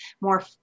more